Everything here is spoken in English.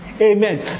Amen